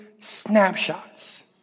snapshots